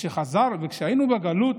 וכשהיינו בגלות